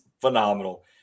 phenomenal